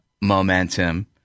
momentum